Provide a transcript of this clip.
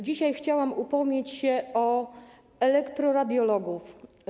Dzisiaj chciałam upomnieć się o elektroradiologów.